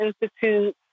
Institute